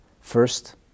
first